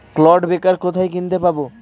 Clod breaker কোথায় কিনতে পাব?